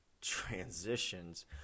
Transitions